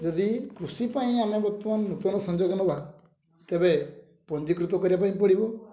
ଯଦି କୃଷି ପାଇଁ ଆମେ ବର୍ତ୍ତମାନ ନୂତନ ସଂଯୋଗ ନେବା ତେବେ ପଞ୍ଜୀକୃତ କରିବା ପାଇଁ ପଡ଼ିବ